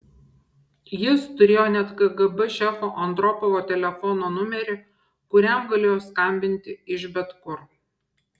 jis turėjo net kgb šefo andropovo telefono numerį kuriam galėjo skambinti iš bet kur